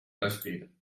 respir